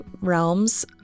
realms